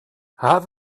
half